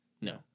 No